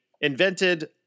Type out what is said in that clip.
invented